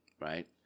right